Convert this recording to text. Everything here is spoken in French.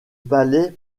palais